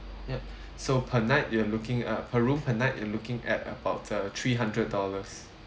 ya so per night you're looking uh per room per night you're looking at about uh three hundred dollars